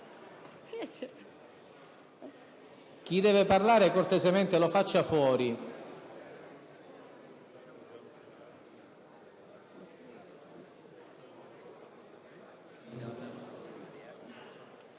Chi vuole parlare cortesemente lo faccia fuori